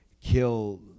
kill